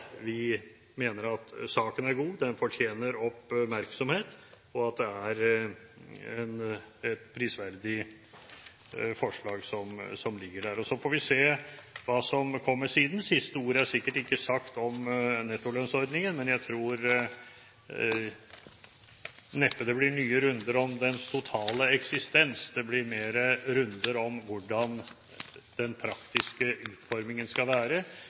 vi mener at saken er god, at den fortjener oppmerksomhet, og at det er et prisverdig forslag som ligger der. Så får vi se hva som kommer siden. Siste ord er sikkert ikke sagt om nettolønnsordningen, men jeg tror neppe det blir nye runder om dens totale eksistens. Det blir heller runder om hvordan den praktiske utformingen skal være,